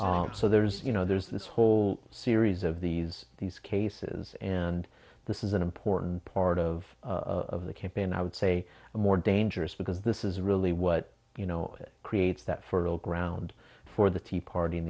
york so there's you know there's this whole series of these these cases and this is an important part of of the campaign i would say more dangerous because this is really what you know it creates that fertile ground for the tea party